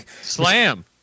Slam